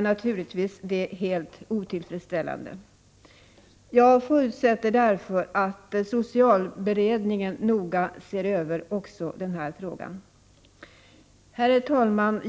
detta naturligtvis helt otillfredsställande. Jag förutsätter därför att socialberedningen noga ser över också den här frågan. Herr talman!